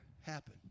happen